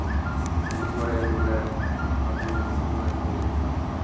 ᱮᱨ ᱯᱚᱨᱮ ᱱᱚᱰᱮ ᱟᱵᱚ ᱱᱚᱜᱼᱚᱭ ᱠᱚ